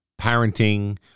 parenting